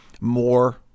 more